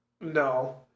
No